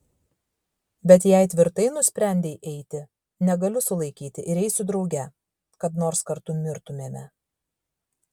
bet jei tvirtai nusprendei eiti negaliu sulaikyti ir eisiu drauge kad nors kartu mirtumėme